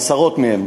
עשרות מהם